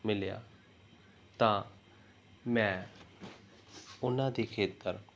ਮਿਲਿਆ ਤਾਂ ਮੈਂ ਉਹਨਾਂ ਦੀ ਖ਼ੇਤਰ